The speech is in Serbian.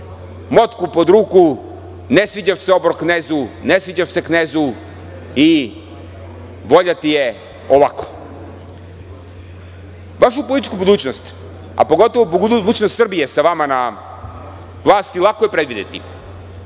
motku pod ruku, ne sviđaš se obor-knezu, ne sviđaš se knezu i volja ti je ovako. Vašu političku budućnost, a pogotovo budućnost Srbije sa vama na vlasti lako je predvideti